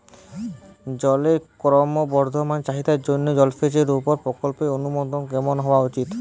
জলের ক্রমবর্ধমান চাহিদার জন্য জলসেচের উপর প্রকল্পের অনুমোদন কেমন হওয়া উচিৎ?